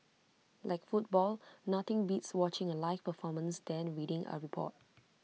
like football nothing beats watching A live performance than reading A report